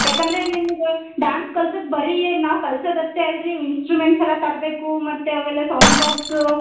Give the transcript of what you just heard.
ಯಾಕಂದರೆ ನಿಮಗೆ ಡಾನ್ಸ್ ಕಲ್ಸೋದ್ ಬರೀ ನಾವು ಕಲ್ಸೋದ್ ಅಷ್ಟೇ ಅಲ್ಲ ರೀ ಇನ್ಸ್ಟ್ರುಮೆಂಟ್ಸ್ ಎಲ್ಲ ತರಬೇಕು ಮತ್ತು ಅವೆಲ್ಲ ಸೌಂಡ್ ಬಾಕ್ಸ್